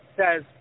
says